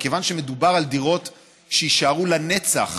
מכיוון שמדובר על דירות שיישארו לנצח